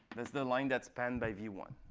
that's the line that's spanned by v one.